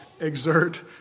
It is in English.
exert